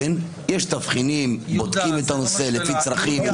יש תבחינים, בודקים את הנושא לפי צרכים.